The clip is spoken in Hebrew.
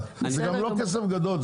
זה גם לא כסף גדול,